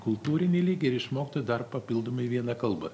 kultūrinį lygį ir išmoktų dar papildomai vieną kalbą